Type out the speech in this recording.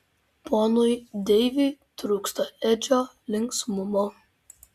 ponui deiviui trūksta edžio linksmumo